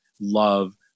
love